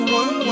one